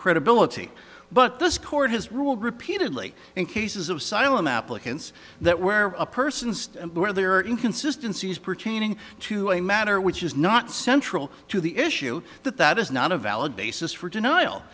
credibility but this court has ruled repeatedly in cases of silent applicants that where a person where there inconsistency is pertaining to a matter which is not central to the issue that that is not a valid basis for denial